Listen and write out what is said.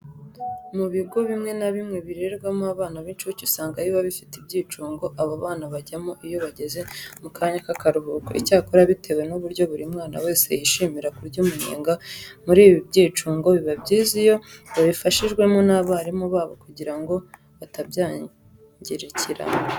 Mu bigo bimwe na bimwe birererwamo abana b'incuke usanga biba bifite ibyicungo aba bana bajyamo iyo bageze mu kanya k'akaruhuko. Icyakora bitewe n'uburyo buri mwana wese yishimira kurya umunyenga muri ibi byicungo, biba byiza iyo babifashijwemo n'abarimu babo kugira ngo batabyangirikiramo.